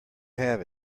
have